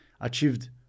achieved